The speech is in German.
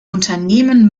unternehmen